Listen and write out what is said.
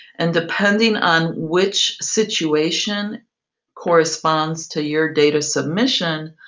and depending on which situation corresponds to your data submission,